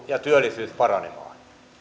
ja työllisyys paranemaan